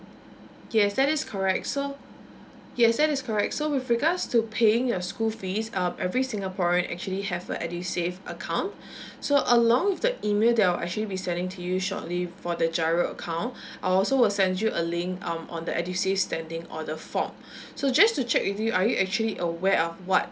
yes that is correct so yes that is correct so with regards to paying your school fees um every singaporean actually have a edusave account so along with the email that I'll actually be sending to you shortly for the G_I_R_O account I'll also will send you a link um on the edusave standing order form so just to check with you are you actually aware of what